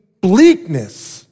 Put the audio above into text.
bleakness